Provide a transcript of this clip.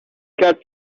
got